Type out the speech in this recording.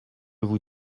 vous